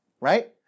right